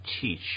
teach